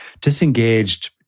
disengaged